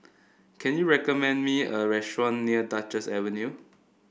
can you recommend me a restaurant near Duchess Avenue